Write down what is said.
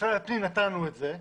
משרד הפנים נתן לנו את זה.